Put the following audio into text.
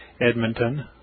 Edmonton